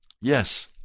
Yes